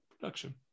production